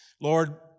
Lord